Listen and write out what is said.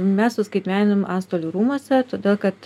mes suskaitmeninam antstolių rūmuose todėl kad